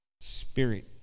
spirit